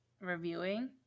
reviewing